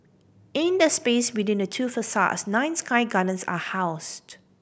in the space between the two facades nine sky gardens are housed